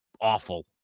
awful